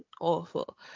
awful